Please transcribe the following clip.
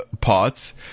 parts